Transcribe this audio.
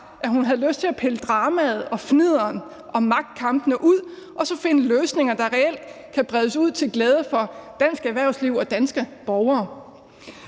at hun havde lyst til at pille dramaet og fnidderet og magtkampene ud og så finde løsninger, der reelt kan bredes ud til glæde for dansk erhvervsliv og danske borgere.